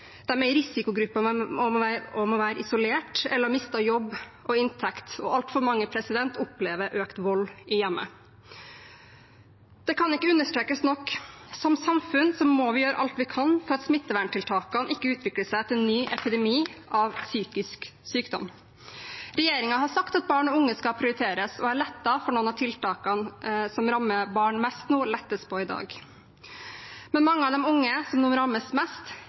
er i risikogruppen og må være isolert, andre har mistet jobb og inntekt. Og altfor mange opplever økt vold i hjemmet. Det kan ikke understrekes nok: Som samfunn må vi gjøre alt vi kan for at smitteverntiltakene ikke utvikler seg til en ny epidemi av psykisk sykdom. Regjeringen har sagt at barn og unge skal prioriteres, og jeg er lettet over noen av de tiltakene som har rammet barn mest, lettes på i dag. Mange av de unge som nå rammes mest,